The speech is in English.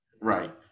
Right